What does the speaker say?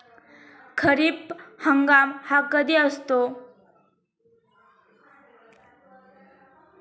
खरीप हंगाम हा कधी असतो?